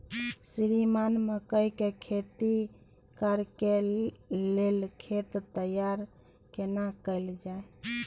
श्रीमान मकई के खेती कॉर के लेल खेत तैयार केना कैल जाए?